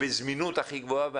ובזמינות הכי גבוהה.